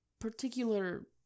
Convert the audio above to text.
particular